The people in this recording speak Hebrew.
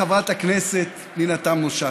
חברת הכנסת פנינה תמנו-שטה,